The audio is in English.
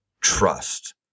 trust